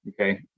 okay